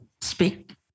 speak